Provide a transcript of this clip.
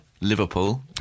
Liverpool